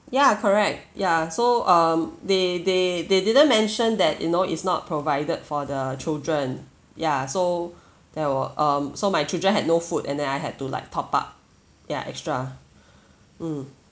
ya correct ya so um they they they didn't mention that you know is not provided for the children ya so there were um so my children had no food and then I had to like top up ya extra mm